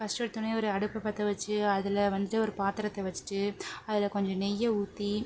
first எடுத்தோனே ஒரு அடுப்பை பற்ற வச்சு அதுல வந்து ஒரு பாத்திரத்தை வச்சுட்டு அதில் கொஞ்சம் நெய்யை ஊற்றி